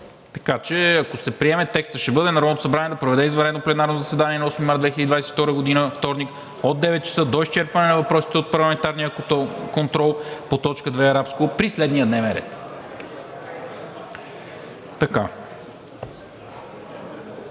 Така че, ако се приеме, текстът ще бъде: „Народното събрание да проведе извънредно пленарно заседание на 8 март 2022 г., вторник, от 9,00 ч. до изчерпване на въпросите от парламентарния контрол по т. 2, при следния дневен ред.“